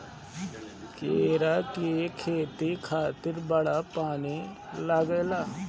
केरा के खेती खातिर बड़ा पानी लागेला